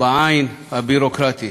בעין הביורוקרטית,